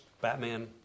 Batman